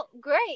great